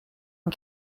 and